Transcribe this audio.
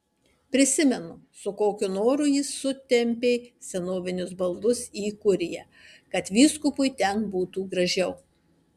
prisimenu su kokiu noru jis sutempė senovinius baldus į kuriją kad vyskupui ten būtų gražiau